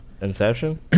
Inception